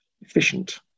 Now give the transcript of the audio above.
efficient